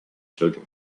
children